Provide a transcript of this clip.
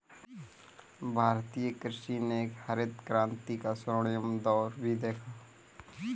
भारतीय कृषि ने हरित क्रांति का स्वर्णिम दौर भी देखा